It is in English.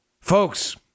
Folks